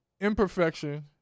Imperfection